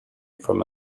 from